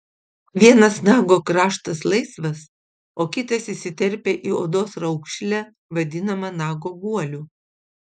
vienas nago kraštas laisvas o kitas įsiterpia į odos raukšlę vadinamą nago guoliu